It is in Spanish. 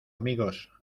amigos